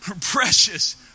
precious